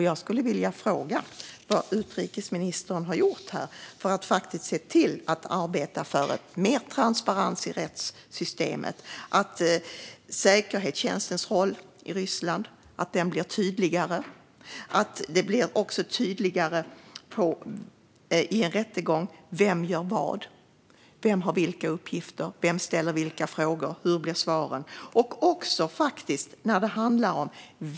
Jag skulle vilja fråga vad utrikesministern har gjort för att det ska bli ett mer transparent rättssystem och för att säkerhetstjänstens roll i Ryssland ska bli tydligare. Det handlar också om att det ska bli tydligare i en rättegång. Vem gör vad? Vem har vilka uppgifter? Vem ställer vilka frågor? Hur blir svaren?